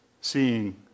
seeing